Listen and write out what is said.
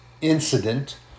incident